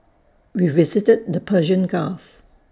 we visited the Persian gulf